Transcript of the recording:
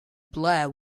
blair